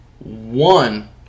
one